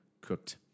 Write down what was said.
cooked